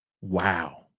wow